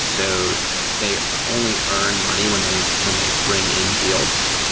so they only earn money when they when they bring in deals.